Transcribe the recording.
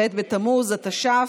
כ"ב בתמוז התש"ף,